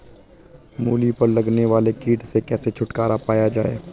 मूली पर लगने वाले कीट से कैसे छुटकारा पाया जाये?